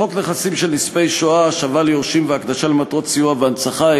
חוק נכסים של נספי השואה (השבה ליורשים והקדשה למטרות סיוע והנצחה),